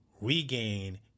regain